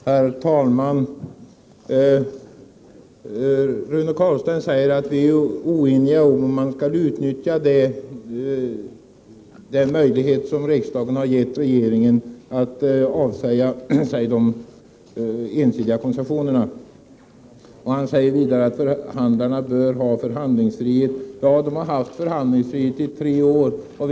Herr talman! Rune Carlstein säger att vi är oeniga om huruvida man skall utnyttja den möjlighet som riksdagen har gett regeringen att avsäga Sverige de ensidiga koncessionerna. Han säger vidare att förhandlarna bör ha förhandlingsfrihet. Ja, man har haft förhandlingsfrihet i tre år nu.